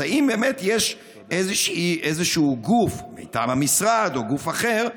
האם באמת יש איזשהו גוף, מטעם המשרד או גוף אחר,